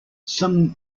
some